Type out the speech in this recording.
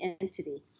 entity